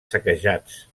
saquejats